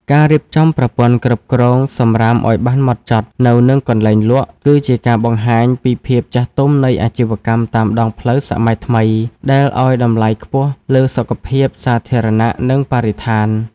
ការរៀបចំប្រព័ន្ធគ្រប់គ្រងសម្រាមឱ្យបានហ្មត់ចត់នៅនឹងកន្លែងលក់ គឺជាការបង្ហាញពីភាពចាស់ទុំនៃអាជីវកម្មតាមដងផ្លូវសម័យថ្មីដែលឱ្យតម្លៃខ្ពស់លើសុខភាពសាធារណៈ និងបរិស្ថាន។